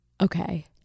okay